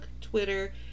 Twitter